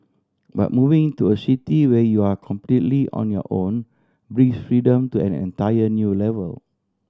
but moving to a city where you're completely on your own brings freedom to an entire new level